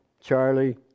Charlie